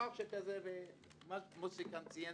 מוסי ציין